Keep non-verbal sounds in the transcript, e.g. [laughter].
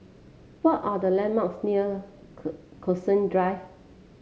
what are the landmarks near [unintelligible] Cactus Drive